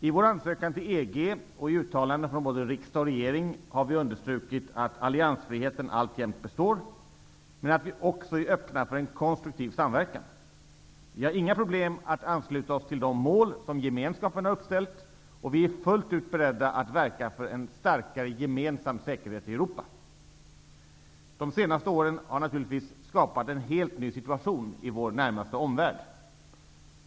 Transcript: I vår ansökan till EG och i uttalande från både riksdag och regering har vi understrukit att alliansfriheten alltjämt består, men att vi också är öppna för en konstruktiv samverkan. Vi har inga problem att ansluta oss till de mål som Gemenskapen har uppställt, och vi är fullt ut beredda att verka för en starkare gemensam säkerhet i Europa. De senaste åren har naturligtvis skapat en helt ny situation i vår närmaste omvärld.